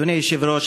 אדוני היושב-ראש,